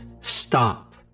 stop